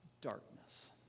darkness